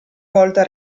volta